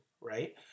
right